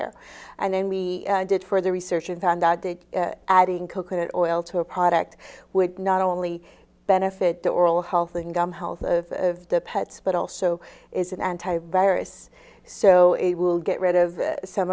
there and then we did further research and found out that adding coke at oil to a product would not only benefit the oral health and gum health of the pets but also is an anti virus so it will get rid of some